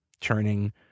turning